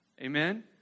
Amen